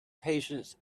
patience